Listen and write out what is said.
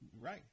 right